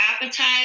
appetite